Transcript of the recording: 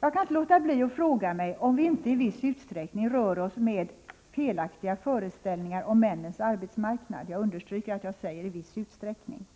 Jag kan inte låta bli att fråga mig om vi inte i viss utsträckning rör oss med felaktiga föreställningar om männens arbetsmarknad — jag understryker orden ”i viss utsträckning”.